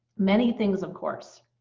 many things, of course.